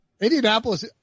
Indianapolis